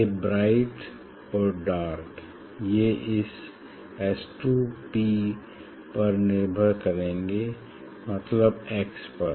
ये ब्राइट और डार्क ये इस S 2 P पर निर्भर करेंगे मतलब x पर